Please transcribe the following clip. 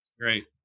great